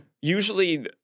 Usually